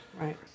Right